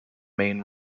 main